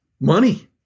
money